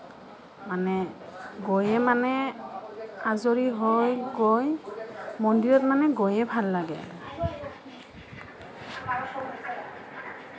মানে গৈয়ে মানে আজৰি হৈ গৈ মন্দিৰত মানে গৈয়ে ভাল লাগে